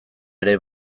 ere